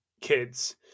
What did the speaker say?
kids